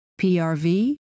PRV